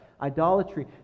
idolatry